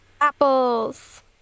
Apples